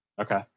Okay